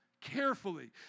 carefully